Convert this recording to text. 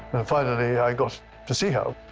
and finally i got to see her.